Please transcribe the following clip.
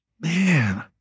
man